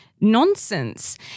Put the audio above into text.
nonsense